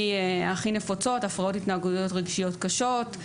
נפוצות הפרעות התנהגותיות רגשיות קשות,